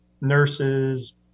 nurses